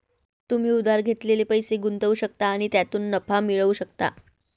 तुम्ही उधार घेतलेले पैसे गुंतवू शकता आणि त्यातून नफा मिळवू शकता